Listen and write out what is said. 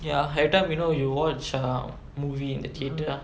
ya everytime you know you watch movie in the theatre ah